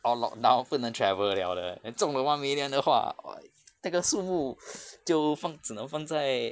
all lockdown 不能 travel liao 了中了 one million 的话那个数目 就放只能放在